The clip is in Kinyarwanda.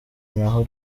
naho